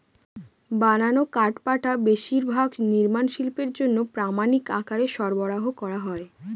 বানানো কাঠপাটা বেশিরভাগ নির্মাণ শিল্পের জন্য প্রামানিক আকারে সরবরাহ করা হয়